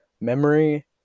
memory